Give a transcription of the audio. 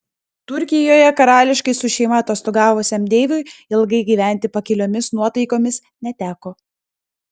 turkijoje karališkai su šeima atostogavusiam deiviui ilgai gyventi pakiliomis nuotaikomis neteko